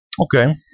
Okay